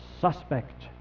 suspect